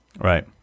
right